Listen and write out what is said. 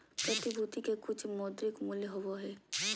प्रतिभूति के कुछ मौद्रिक मूल्य होबो हइ